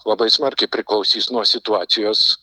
labai smarkiai priklausys nuo situacijos